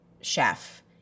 chef